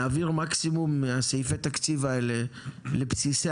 להעביר מקסימום מסעיפי התקציב האלה לבסיסי